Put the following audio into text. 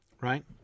right